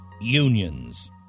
Unions